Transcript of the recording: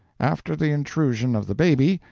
after the intrusion of the baby,